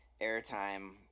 airtime